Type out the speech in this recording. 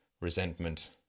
resentment